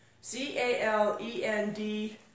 C-A-L-E-N-D